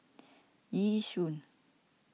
Yishun